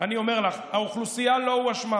אני אומר לך: האוכלוסייה לא הואשמה,